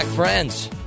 Friends